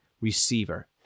receiver